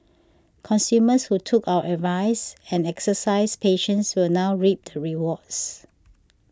consumers who took our advice and exercised patience will now reap the rewards